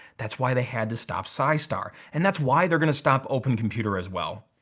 that's why they had to stop psystar. and that's why they're gonna stop open computer as well.